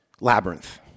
labyrinth